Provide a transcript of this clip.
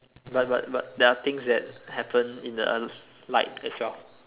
but but but there are things that happen in the early light as well